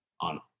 on